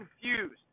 confused